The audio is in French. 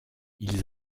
ils